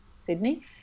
Sydney